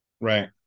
Right